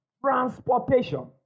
transportation